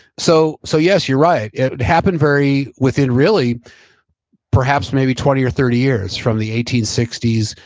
so so yes, you're right. it happened very, within really perhaps maybe twenty or thirty years from the eighteen sixty s.